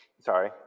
Sorry